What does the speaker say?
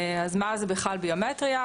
אז מה זה בכלל ביומטריה?